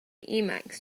emacs